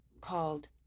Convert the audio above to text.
called